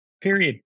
period